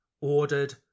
ordered